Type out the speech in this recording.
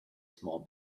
small